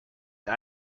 der